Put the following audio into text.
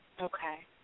Okay